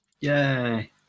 Yay